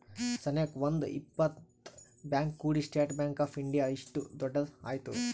ಸನೇಕ ಒಂದ್ ಇಪ್ಪತ್ ಬ್ಯಾಂಕ್ ಕೂಡಿ ಸ್ಟೇಟ್ ಬ್ಯಾಂಕ್ ಆಫ್ ಇಂಡಿಯಾ ಇಷ್ಟು ದೊಡ್ಡದ ಆಯ್ತು